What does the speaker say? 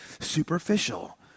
superficial